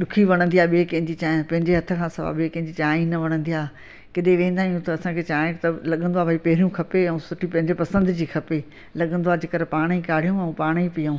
ॾुखी वणंदी आहे ॿिए कंहिंजी चांहि पंहिंजे हथ खां सवाइ ॿिए कंहिंजी चांहि ई न वणंदी आहे किथे वेंदा आहियूं त असांखे चांहि त लॻंदो आहे भाई पहिरियों खपे ऐं सुठी पंहिंजे पसंदि जी खपे लॻंदो आहे जे कर पाण ई काढ़ियूं ऐं पाण ई पीअऊं